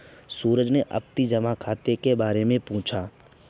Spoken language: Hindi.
सूरज ने आवर्ती जमा खाता के बारे में पूछा